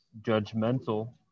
judgmental